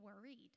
worried